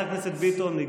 אתה